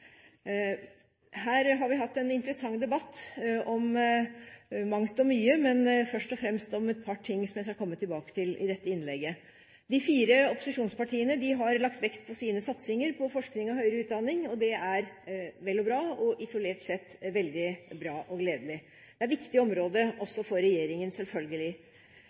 Her har vi hatt en interessant debatt om mangt og mye, men først og fremst om et par ting som jeg skal komme tilbake til i dette innlegget. De fire opposisjonspartiene har lagt vekt på sine satsinger til forskning og høyere utdanning. Det er vel og bra og isolert sett veldig gledelig. Det er et viktig område også for regjeringen, selvfølgelig.